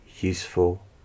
useful